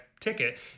ticket